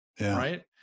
right